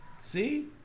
See